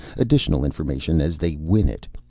additional information as they win it.